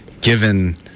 given